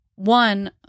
One